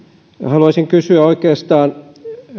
haluaisin kysyä